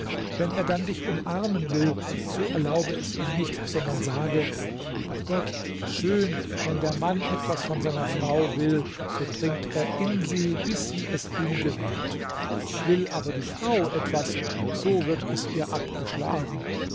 wenn er dann dich umarmen will so erlaube es ihm nicht sondern sage bei gott schön wenn der mann etwas von seiner frau will so dringt er in sie bis sie es ihm gewährt will aber die frau etwas so wird es ihr abgeschlagen